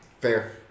Fair